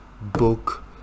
book